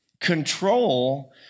control